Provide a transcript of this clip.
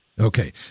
Okay